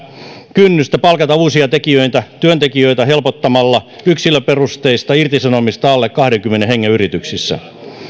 kynnystä palkata uusia työntekijöitä helpottamalla yksilöperusteista irtisanomista alle kahdenkymmenen hengen yrityksissä